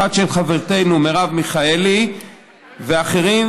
אחת של חברתנו מרב מיכאלי ואחרים